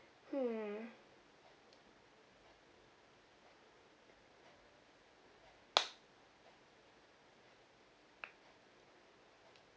hmm